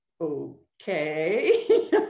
okay